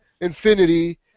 Infinity